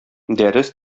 дәрес